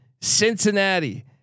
Cincinnati